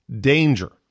danger